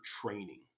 training